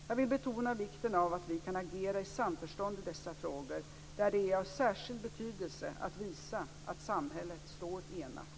Jag vill betona vikten av att vi kan agera i samförstånd i dessa frågor, där det är av särskild betydelse att visa att samhället står enat.